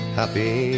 happy